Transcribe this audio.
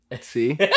See